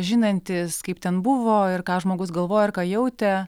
žinantys kaip ten buvo ir ką žmogus galvojo ar ką jautė